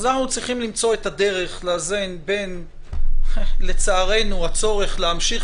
אנחנו צריכים למצוא את הדרך לאזן בין הצורך להמשיך